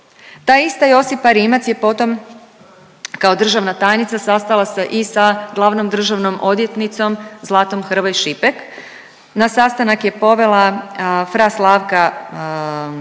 Ta ista Josipa Rimac je potom kao državna tajnica sastala se i sa glavnom državnom odvjetnicom Zlatom Hrvoj- Šipek. Na sastanak je povela fra Slavka